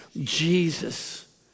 Jesus